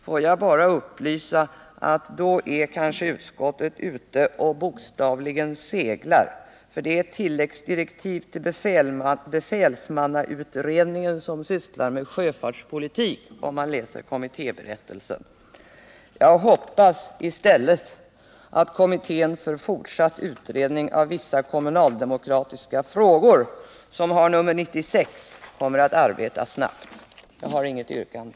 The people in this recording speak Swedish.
Får jag bara upplysa om att utskottet då är ute och bokstavligen seglar, för enligt kommittéberättelsen är detta tilläggsdirektiv till befälsmannautredningen, som sysslar med sjöfartspolitik. Jag hoppas själv att kommittén för fortsatt utredning av vissa kommunaldemokratiska frågor — den har nr 96 — kommer att arbeta snabbt. Herr talman! Jag har inget yrkande.